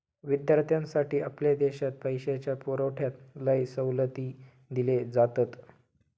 विद्यार्थ्यांसाठी आपल्या देशात पैशाच्या पुरवठ्यात लय सवलती दिले जातत